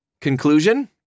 Conclusion